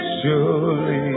surely